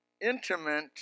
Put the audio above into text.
intimate